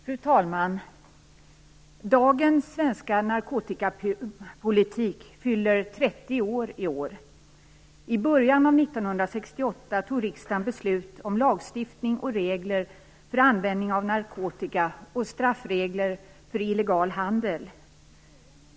Fru talman! Dagens svenska narkotikapolitik fyller i år 30 år. I början av 1968 tog riksdagen beslut om lagstiftning och regler för användning av narkotika och om straffregler för illegal handel.